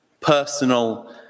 personal